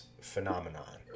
phenomenon